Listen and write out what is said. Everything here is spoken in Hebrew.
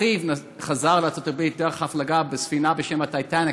ואחיו חזר לארצות-הברית בהפלגה בספינה בשם "טיטניק",